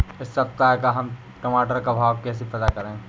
इस सप्ताह का हम टमाटर का भाव कैसे पता करें?